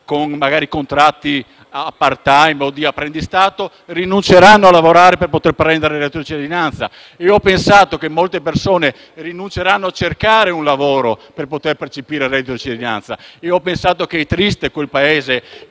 con contratti *part time* o di apprendistato rinunceranno a lavorare per ottenere il reddito di cittadinanza. Ho pensato che molte persone rinunceranno a cercare un lavoro per ottenere il reddito di cittadinanza e è triste quel Paese